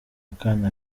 kana